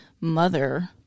mother